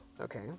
Okay